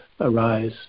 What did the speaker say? arise